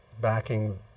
backing